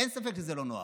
אין ספק שזה לא נוח.